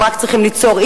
הם רק צריכים ליצור,